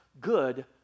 good